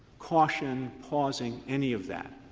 caution, pausing, any of that.